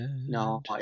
No